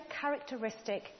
characteristic